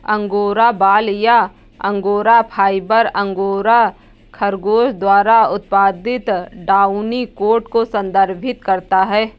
angora बाल या angora fibre, angora खरगोश द्वारा उत्पादित डाउनी कोट को संदर्भित करता है